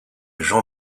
jean